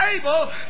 able